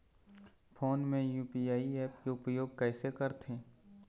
Phone मे UPI app के उपयोग कइसे करथे?